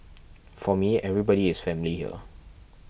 for me everybody is family here